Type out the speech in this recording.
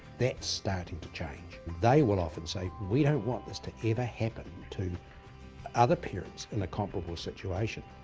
that's starting to change. they will often say we don't want this to ever happen to other parents in a comparable situation.